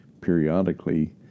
periodically